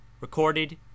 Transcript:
recorded